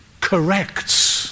corrects